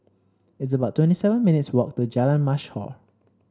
it's about twenty seven minutes' walk to Jalan Mashhor